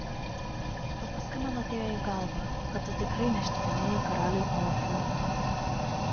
o paskui man atėjo į galvą kad tu tikrai nešnipinėjai karaliui olafui